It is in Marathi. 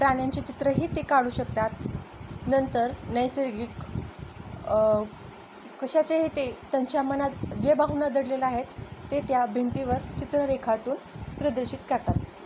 प्राण्यांचे चित्रही ते काढू शकतात नंतर नैसर्गिक कशाचे हे ते त्यांच्या मनात जे भावना दडलेलं आहेत ते त्या भिंतीवर चित्र रेखाटून प्रदर्शित करतात